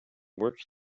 work